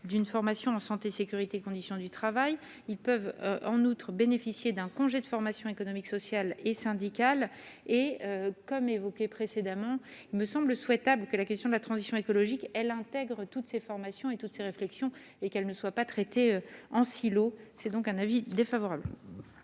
d'une formation en santé, sécurité et conditions du travail, ils peuvent en outre bénéficier d'un congé de formation. économique, sociale et syndicale et comme évoqué précédemment, me semble souhaitable que la question de la transition écologique, elle intègre toutes ces formations et toutes ces réflexions et qu'elle ne soient pas traités en silo, c'est donc un avis défaveur.